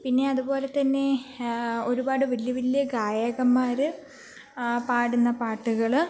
പിന്നെ അതുപോലെ തന്നെ ഒരുപാട് വലിയ വലിയ ഗായകന്മാർ പാടുന്ന പാട്ടുകൾ